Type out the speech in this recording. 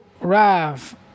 Rav